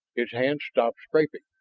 his hand stopped scraping.